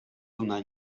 donar